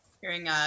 hearing